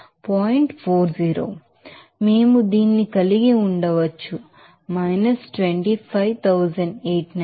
40 మేము దీన్ని కలిగి ఉండవచ్చు 25892